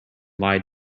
lied